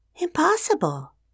Impossible